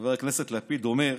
חבר הכנסת לפיד, אומר: